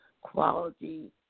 quality